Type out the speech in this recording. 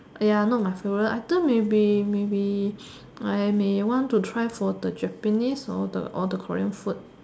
!aiya! not my favourite I think maybe maybe I may want to try for the Japanese or the or the Korean food